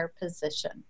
position